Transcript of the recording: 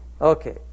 Okay